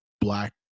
black